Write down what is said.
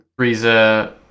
Frieza